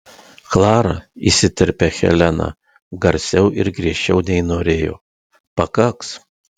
klara įsiterpia helena garsiau ir griežčiau nei norėjo pakaks